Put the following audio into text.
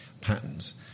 patterns